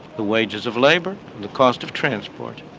the wages of labor, the cost of transport,